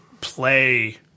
play